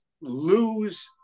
lose